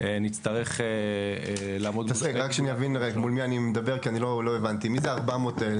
נצטרך לעמוד --- רק כדי שאבין מול מי אני מדבר מי הם ה-400 האלה?